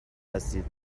هستید